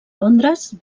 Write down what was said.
londres